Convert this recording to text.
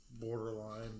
borderline